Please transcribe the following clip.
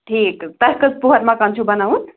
ٹھیٖک تۄہہِ کٔژ پُہَر مَکان چھُو بَناوُن